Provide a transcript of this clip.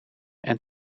and